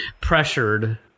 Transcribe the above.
pressured